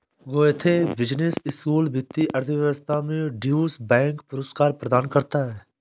Goethe business school वित्तीय अर्थशास्त्र में ड्यूश बैंक पुरस्कार प्रदान करता है